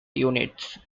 units